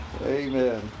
Amen